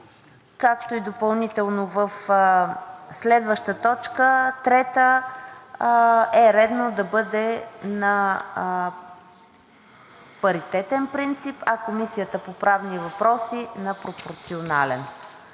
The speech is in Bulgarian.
както и допълнително в следващата точка трета, е редно да бъде на паритетен принцип, а Комисията по правни въпроси – на пропорционален.